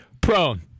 prone